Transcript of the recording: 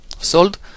sold